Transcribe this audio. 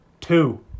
two